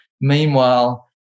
Meanwhile